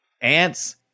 ants